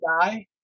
die